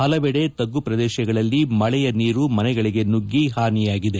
ಪಲವೆಡೆ ತಗ್ಗು ಪ್ರದೇಶಗಳಲ್ಲಿ ಮಳೆಯ ನೀರು ಮನೆಗಳಿಗೆ ನುಗ್ಗಿ ಹಾನಿಯಾಗಿದೆ